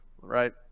right